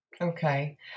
okay